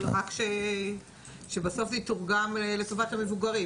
בסוף רק שזה יתורגם לטובת המבוגרים.